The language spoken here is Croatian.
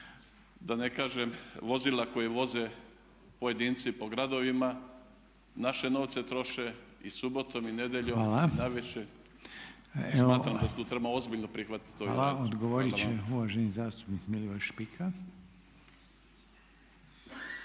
Da ne kažem vozila koje voze pojedinci po gradovima naše novce troše i subotom i nedjeljom i navečer. I smatram da tu trebamo ozbiljno prihvatiti to i …/Govornik se ne razumije./…